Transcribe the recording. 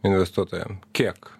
investuotojam kiek